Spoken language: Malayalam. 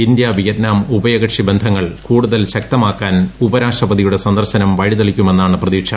ഇന്ത്യ വിയറ്റ്നാം ഉഭയകക്ഷി ബന്ധങ്ങൾ കൂടുതൽ ശക്തമാക്കാൻ ഉപരാഷ്ട്രപതിയുടെ സന്ദർശനം വഴിതെളിക്കുമെന്നാണ് പ്രതീക്ഷ